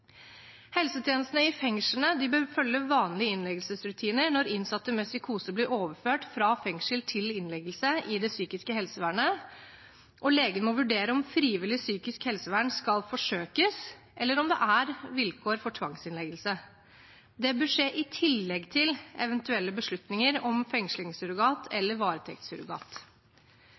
Helsetjenestene i fengslene bør følge vanlige innleggelsesrutiner når innsatte med psykose blir overført fra fengsel til innleggelse i det psykiske helsevernet, og lege må vurdere om frivillig psykisk helsevern skal forsøkes, eller om det er vilkår for tvangsinnleggelse. Det bør skje i tillegg til eventuelle beslutninger om fengslingssurrogat eller varetektssurrogat.